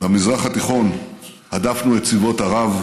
במזרח התיכון הדפנו את צבאות ערב,